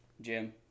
Jim